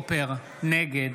נגד